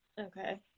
Okay